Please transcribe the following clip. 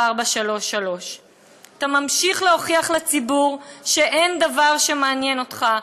433. אתה ממשיך להוכיח לציבור שאין דבר שמעניין אותך,